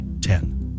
ten